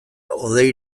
hodei